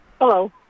Hello